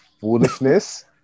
foolishness